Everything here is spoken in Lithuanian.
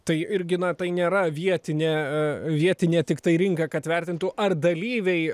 tai irgi na tai nėra vietinė vietinė tiktai rinka kad vertintų ar dalyviai